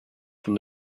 from